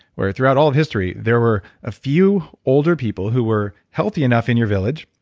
where throughout all of history, there were a few older people who were healthy enough in your village,